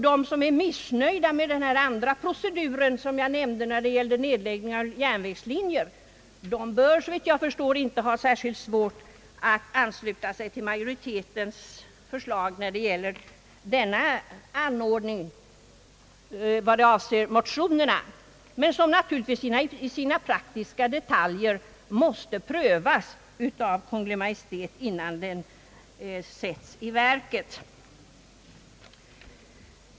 De som är missnöjda med den här andra proceduren, som jag talade om, när det gäller nedläggningar av järnvägslinjer bör inte ha särskilt svårt att ansluta sig till majoritetens förslag. Det måste dock naturligtvis i sina praktiska detaljer prövas av Kungl. Maj:t innan det sätts i tillämpning.